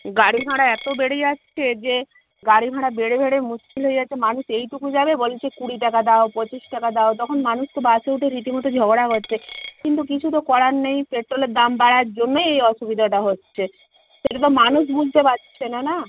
গাড়ি ভাড়া এত বেড়ে যাচ্ছে যে গাড়ি ভাড়া বেড়ে বেড়ে মুশকিল হয়ে যাচ্ছে মানুষ এইটুকু যাবে বলছে কুড়ি টাকা দাও পঁচিশ টাকা দাও তখন মানুষ তো বাসে উঠে রীতিমতো ঝগড়া কচ্ছে কিন্তু কিছু তো করার নেই পেট্রোলের দাম বাড়ার জন্যই এই অসুবিধাটা হচ্ছে সেটা তো মানুষ বুঝতে পাচ্ছে না না